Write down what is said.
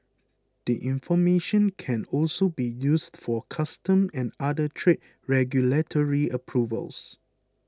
the information can also be used for customs and other trade regulatory approvals